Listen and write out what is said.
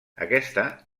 aquesta